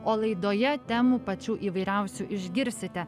o laidoje temų pačių įvairiausių išgirsite